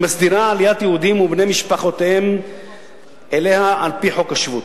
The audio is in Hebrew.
מסדירה עליית יהודים ובני משפחותיהם אליה על-פי חוק השבות.